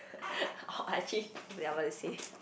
I actually what did I want to say